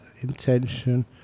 intention